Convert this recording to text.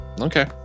okay